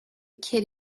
kid